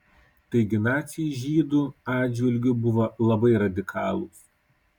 taigi naciai žydų atžvilgiu buvo labai radikalūs